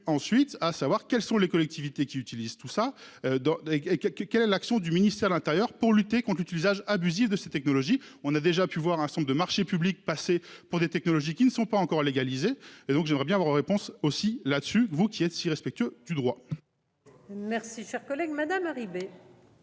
ensuite à savoir quelles sont les collectivités qui utilise tout ça dans des quelques quelle est l'action du ministère de l'Intérieur pour lutter contre 8 usage abusif de ces technologies. On a déjà pu voir un certain nombre de marchés publics passés pour des technologies qui ne sont pas encore légaliser et donc j'aimerais bien leur réponse aussi là- dessus, vous qui êtes si respectueux du droit. Si cher collègue Madame.